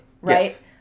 right